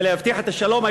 אלא יבטיח את השלום,